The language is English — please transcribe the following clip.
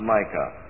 Micah